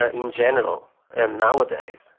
ah in general and nowadays,